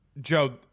Joe